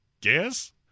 guess